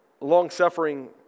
Long-suffering